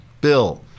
Bill